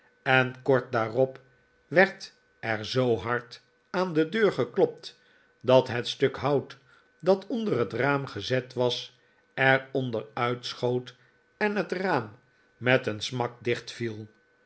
en kort daarop werd er zoo hard aan de deur geklopt dat het stuk hout dat onder het raam gezet was er onder uitschoot en het raam met een smak